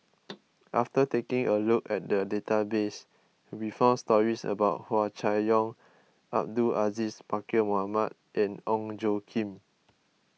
after taking a look at the database we found stories about Hua Chai Yong Abdul Aziz Pakkeer Mohamed and Ong Tjoe Kim